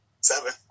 seven